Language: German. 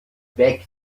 weg